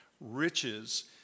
riches